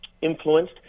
influenced